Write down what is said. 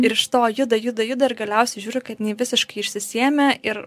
ir iš to juda juda juda ir galiausiai žiūriu kad jinai visiškai išsisėmė ir